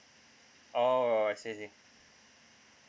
oh I see I see